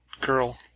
girl